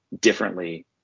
differently